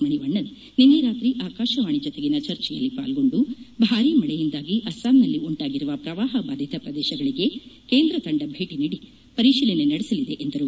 ಮಣಿವಣ್ಣನ್ ನಿನ್ನೆ ರಾತ್ರಿ ಆಕಾಶವಾಣಿ ಜತೆಗಿನ ಚರ್ಚೆಯಲ್ಲಿ ಪಾಲ್ಗೊಂಡು ಭಾರಿ ಮಳೆಯಿಂದಾಗಿ ಅಸ್ಪಾಂನಲ್ಲಿ ಉಂಟಾಗಿರುವ ಪ್ರವಾಹ ಬಾಧಿತ ಪ್ರದೇಶಗಳಿಗೆ ಕೇಂದ್ರ ತಂಡ ಭೇಟಿ ನೀಡಿ ಪರಿಶೀಲನೆ ನಡೆಸಲಿದೆ ಎಂದರು